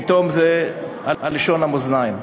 פתאום זה על לשון המאזניים.